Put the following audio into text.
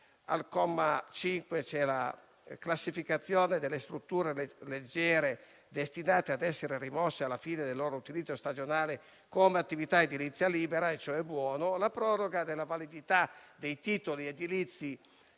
Al comma 5 c'è la classificazione delle strutture leggere destinate a essere rimosse alla fine del loro utilizzo stagionale, come attività edilizia libera. Ciò è buono. La proroga della validità dei titoli edilizi